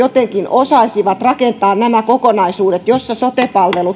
osaisivat rakentaa nämä kokonaisuudet joissa sote